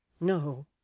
No